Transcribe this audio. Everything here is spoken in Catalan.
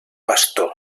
bastó